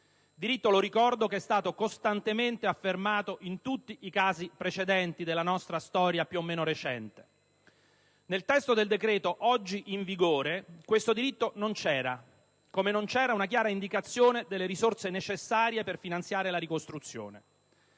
ricordo, che è stato costantemente affermato in tutti i casi precedenti della nostra storia più o meno recente. Nel testo del decreto oggi in vigore questo diritto non c'era, come non c'era una chiara indicazione delle risorse necessarie per finanziare la ricostruzione.